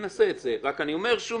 אני אעשה את זה רק אני אומר שוב,